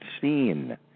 seen